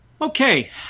Okay